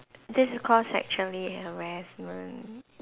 this is called sexual harassment